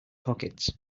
pockets